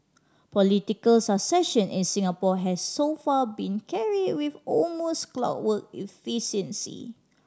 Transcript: political succession in Singapore has so far been carried with almost clockwork efficiency